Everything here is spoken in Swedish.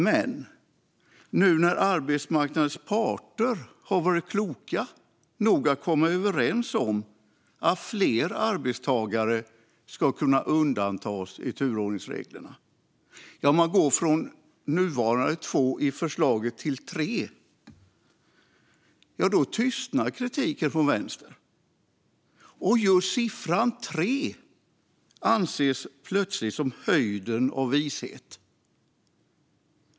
Men nu när arbetsmarknadens parter har varit kloka nog att komma överens om att fler arbetstagare ska kunna undantas från turordningsreglerna - man går i förslaget från nuvarande två till tre - tystnar kritiken från vänstern. Just siffran tre anses plötsligt vara höjden av vishet.